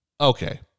Okay